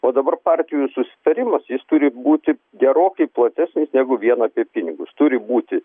o dabar partijų susitarimas jis turi būti gerokai platesnis negu vien apie pinigus turi būti